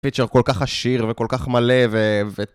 פיצ'ר כל-כך עשיר וכל-כך מלא ו...